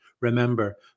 Remember